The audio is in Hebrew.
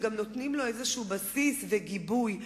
הם גם נותנים לו בסיס וגיבוי.